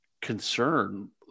concern